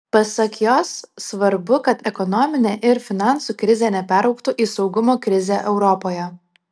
pasak jos svarbu kad ekonominė ir finansų krizė neperaugtų į saugumo krizę europoje